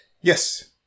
Yes